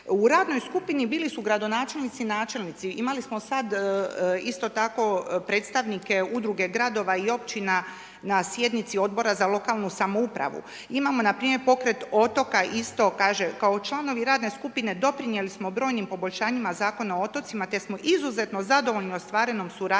U radnoj skupini bili su gradonačelnici i načelnici. Imali smo sad, isto tako predstavnike udruge gradova i općina na sjednici Odbora za lokalnu samoupravu. Imamo npr. pokret otoka, isto kaže kao članovi radne skupine doprinijeli smo brojnim poboljšanjima Zakona o otocima te smo izuzetno zadovoljni ostvarenom suradnjom